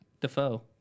Defoe